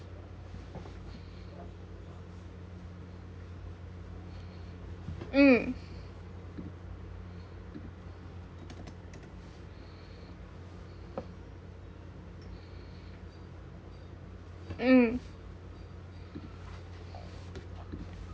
mm mm